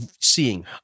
seeing